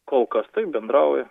kol kas taip bendrauja